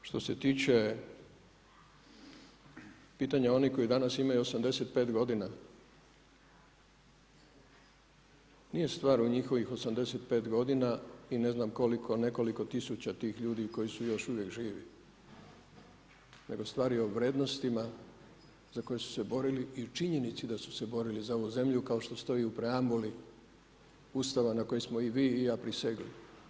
A što se tiče pitanja onih koji danas imaju 85 godina nije stvar u njihovih 85 godina i ne znam koliko, nekoliko tisuća tih ljudi koji su još uvijek živi, nego stvar je o vrijednostima za koje su se borili i činjenici da su se borili za ovu zemlju kao što stoji u preambuli Ustava na koji smo i vi i ja prisegli.